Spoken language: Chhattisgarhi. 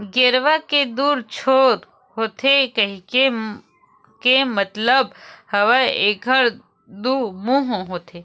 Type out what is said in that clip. गेरवा के दू छोर होथे केहे के मतलब हवय एखर दू मुहूँ होथे